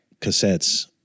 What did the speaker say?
cassettes